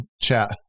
chat